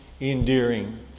endearing